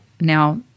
now